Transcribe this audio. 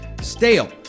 stale